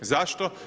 Zašto?